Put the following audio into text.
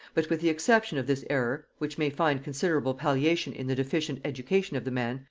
but with the exception of this error which may find considerable palliation in the deficient education of the man,